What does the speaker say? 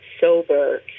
sober